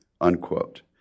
unquote